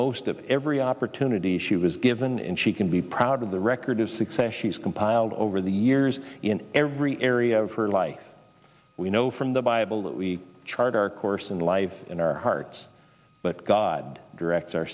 most of every opportunity she was given and she can be proud of the record of success she's compiled over the years in every area of her life we know from the bible that we chart our course in life in our hearts but god direct